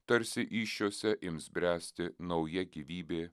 tarsi įsčiose ims bręsti nauja gyvybė